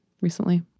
recently